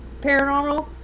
paranormal